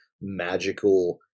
magical